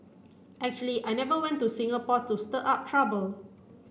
actually I never went to Singapore to stir up trouble